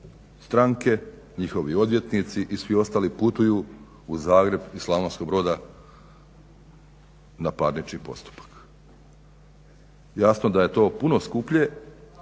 stranke, njihovi odvjetnici i svi ostali putuju u Zagreb iz Slavonskog Broda na parnični postupak. Jasno da je to puno skuplje